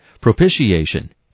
propitiation